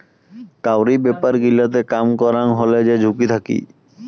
কাউরি ব্যাপার গিলাতে কাম করাং হলে যে ঝুঁকি থাকি